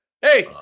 Hey